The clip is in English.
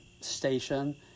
station